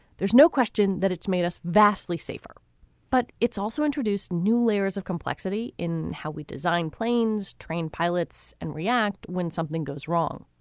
there's no question that it's made us vastly safer but it's also introduced new layers of complexity in how we design planes train pilots and react when something goes wrong.